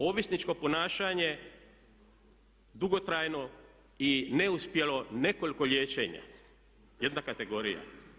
Ovisničko ponašanje, dugotrajno i neuspjelo nekoliko liječenja jedna kategorija.